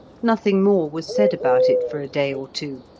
nothing more was said about it for a day or two.